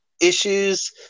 issues